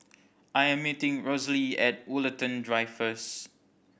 I am meeting Rosalee at Woollerton Drive first